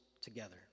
together